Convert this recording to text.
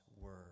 word